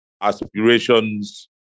aspirations